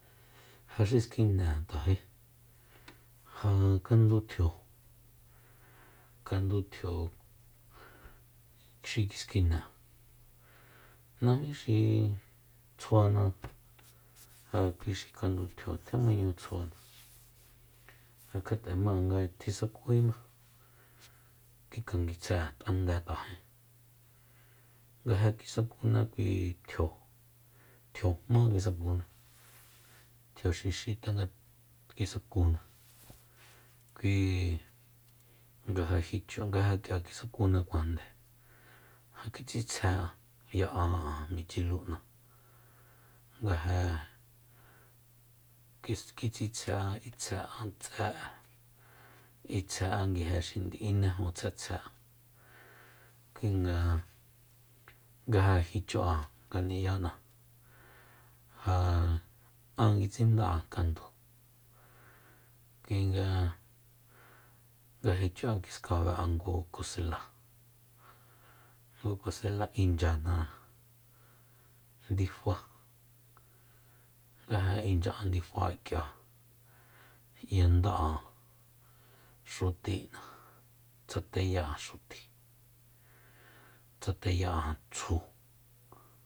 Ja xi skine'e an t'ajé ja kandu tjio kandu tjio xi kiskine 'an najmí xi tsjuana ja kui kandu tjio tjemañu tsjuana ja kjat'ema nga tisakujíma kikanguistjae an tande t'ajé nga ja kusakuna kui tjio tjio jmá kisakuna tjio xixi tanga kisakuna kui nga ja jichu nga ja k'ia kisakunakuajande ja kitsitsje'an ya'a'an michilin'a nga ja kis- kitsitsje'an itsje'an tse'e itsje'an nguije xi ndi inejun tsjetsje'an kuinga nga ja jichu'an ngani'ya'na ja an kitsinda'an kandúu kuinga nga jichu'an kiskabe'an ngu kuseláa ngu kusel'aa inchyana ndifa nga ja inchya'an ndifa k'ia y'enda'an xuti'na tsateya'an xuti tsateya'an tsju